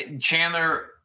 Chandler